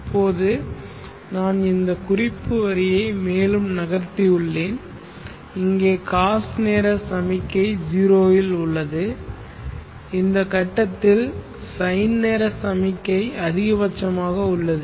இப்போது நான் இந்த குறிப்பு வரியை மேலும் நகர்த்தியுள்ளேன் இங்கே காஸ் நேர சமிக்ஞை 0 இல் உள்ளது இந்த கட்டத்தில் சைன் நேர சமிக்ஞை அதிகபட்சமாக உள்ளது